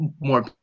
more